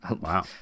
Wow